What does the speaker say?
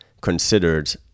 considered